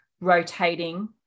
rotating